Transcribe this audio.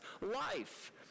life